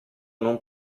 non